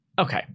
okay